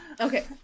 Okay